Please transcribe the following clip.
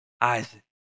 Isaac